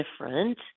different